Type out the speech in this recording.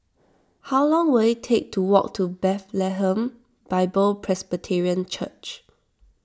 how long will it take to walk to Bethlehem Bible Presbyterian Church